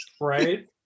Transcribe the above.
right